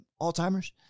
Alzheimer's